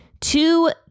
two